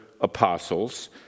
apostles